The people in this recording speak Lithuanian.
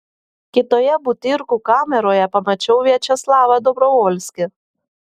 kitoje butyrkų kameroje pamačiau viačeslavą dobrovolskį